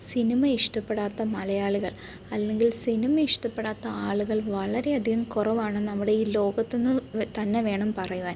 cinema ഇഷ്ടപ്പെടാത്ത മലയാളികൾ അല്ലെങ്കിൽ സിനിമ ഇഷ്ടപ്പെടാത്ത ആളുകൾ വളരെയധികം കുറവാണെന്ന് നമ്മുടെ ഈ ലോകത്തെന്ന് തന്നെ വേണം പറയുവാൻ